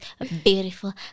beautiful